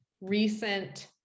recent